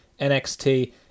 nxt